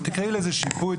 תקראי לזה שיפוי,